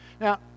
Now